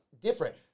Different